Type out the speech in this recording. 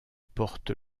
porte